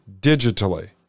digitally